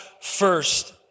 first